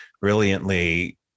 brilliantly